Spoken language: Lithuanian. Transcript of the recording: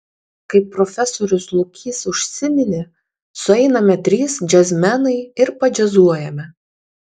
kaip profesorius lukys užsiminė sueiname trys džiazmenai ir padžiazuojame